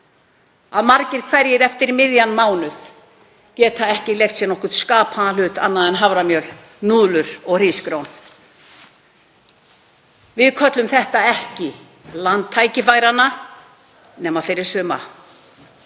að margir hverjir geta eftir miðjan mánuð ekki leyft sér nokkurn skapaðan hlut annað en haframjöl, núðlur og hrísgrjón. Við köllum þetta ekki land tækifæranna nema fyrir suma.